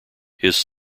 his